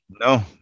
No